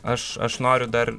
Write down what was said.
aš aš noriu dar